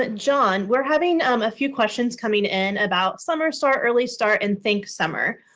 like john, we're having um a few questions coming in about summer start, early start, and think summer.